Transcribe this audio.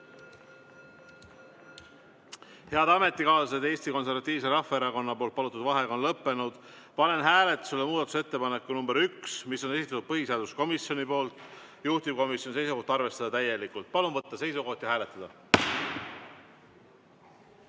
Head ametikaaslased, Eesti Konservatiivse Rahvaerakonna palutud vaheaeg on lõppenud. Panen hääletusele muudatusettepaneku nr 1, mille on esitanud põhiseaduskomisjon. Juhtivkomisjoni seisukoht on arvestada täielikult. Palun võtta seisukoht ja hääletada!